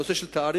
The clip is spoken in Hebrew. הנושא של התאריך,